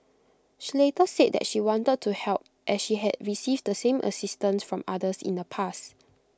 she later said that she wanted to help as she had received the same assistance from others in the past